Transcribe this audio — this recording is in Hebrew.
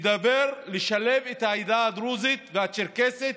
מדבר על שילוב העדה הדרוזית והצ'רקסית